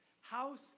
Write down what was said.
House